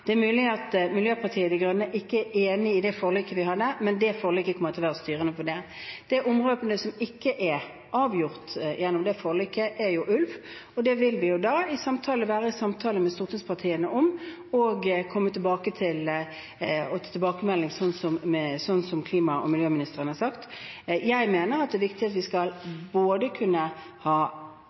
Det er mulig at Miljøpartiet De Grønne ikke er enig i det forliket, men det forliket kommer til å være styrende for det. Det området som ikke er avgjort gjennom det forliket, er det som gjelder ulv. Det vil vi være i samtale med stortingspartiene om og komme med tilbakemelding om, slik klima- og miljøministeren har sagt. Jeg mener det er viktig at vi skal kunne ha